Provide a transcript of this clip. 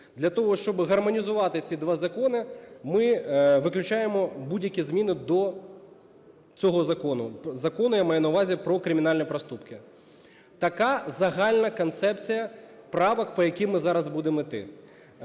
Для того, щоб гармонізувати ці два закони, ми виключаємо будь-які зміни до цього закону – Закону, я маю на увазі, про кримінальні проступки. Така загальна концепція правок, по яким ми зараз будемо йти.